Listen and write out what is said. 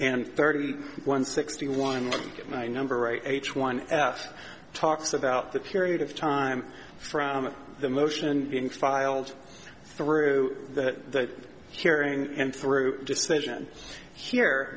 and thirty one sixty one look at my number right h one f talks about the period of time from the motion being filed through that hearing and through decision here